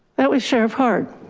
that was sheriff hard.